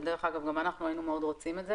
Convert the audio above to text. שדרך אגב גם אנחנו מאוד היינו רוצים את זה,